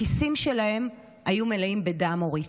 הכיסים שלהם היו מלאים בדם, אורית,